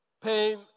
pain